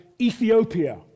Ethiopia